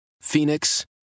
Phoenix